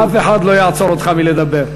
אף אחד לא יעצור אותך מלדבר.